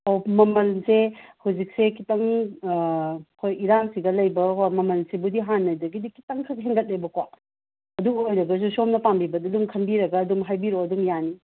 ꯑꯣ ꯃꯃꯜꯁꯦ ꯍꯧꯖꯤꯛꯁꯦ ꯈꯤꯇꯪ ꯍꯣꯏ ꯏꯔꯥꯡ ꯁꯤꯒ ꯂꯩꯕꯒꯀꯣ ꯃꯃꯜꯁꯤꯕꯨꯗꯤ ꯍꯥꯟꯅꯗꯒꯤꯗꯤ ꯈꯤꯇꯪꯈꯛ ꯍꯦꯟꯒꯠꯂꯦꯕꯀꯣ ꯑꯗꯨ ꯑꯣꯏꯔꯒꯁꯨ ꯁꯣꯝꯅ ꯄꯥꯝꯕꯤꯕꯗꯨ ꯑꯗꯨꯝ ꯈꯟꯕꯤꯔꯒ ꯑꯗꯨꯝ ꯍꯥꯏꯕꯤꯔꯛꯑꯣ ꯑꯗꯨꯝ ꯌꯥꯅꯤ